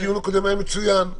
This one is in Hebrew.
הדיון הקודם היה מצוין.